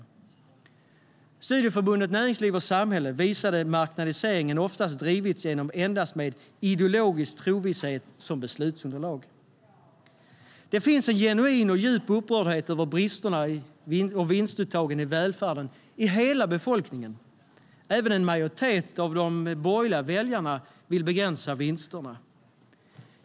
Det finns en genuin och djup upprördhet över bristerna och vinstuttagen i välfärden i hela befolkningen. Även en majoritet av de borgerliga väljarna vill begränsa vinsterna.